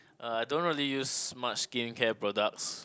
uh I don't really use much skincare products